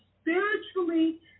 spiritually